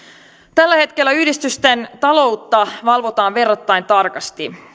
tällä hetkellä yhdistysten taloutta valvotaan verrattain tarkasti